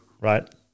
right